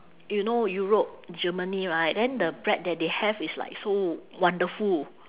you know europe germany right then the bread that they have is like so wonderful